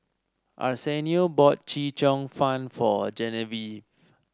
Arsenio bought Chee Cheong Fun for Genevieve